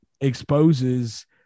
exposes